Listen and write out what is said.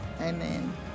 Amen